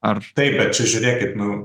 ar taip bet žiūrėkit nu